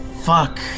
Fuck